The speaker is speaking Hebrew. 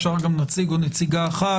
אפשר גם נציג או נציגה אחת,